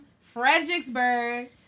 Fredericksburg